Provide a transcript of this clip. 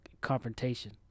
confrontation